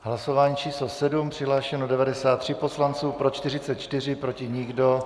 V hlasování číslo 7 přihlášeno 93 poslanců, pro 44, proti nikdo.